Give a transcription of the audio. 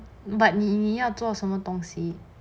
but 你要做什么东西